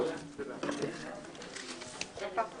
הישיבה ננעלה בשעה 17:00.